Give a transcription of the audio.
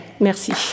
Merci